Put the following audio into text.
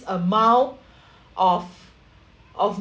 amount of of